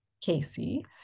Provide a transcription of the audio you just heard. Casey